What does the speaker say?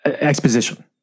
exposition